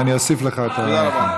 אני אוסיף לך את, תודה רבה.